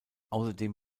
außerdem